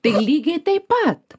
tai lygiai taip pat